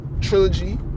trilogy